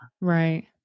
right